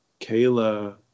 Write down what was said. Kayla